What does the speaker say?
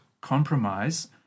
compromise